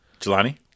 Jelani